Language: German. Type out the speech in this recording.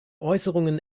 äußerungen